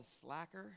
slacker